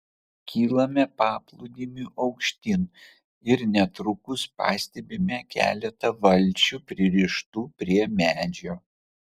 kylame paplūdimiu aukštyn ir netrukus pastebime keletą valčių pririštų prie medžio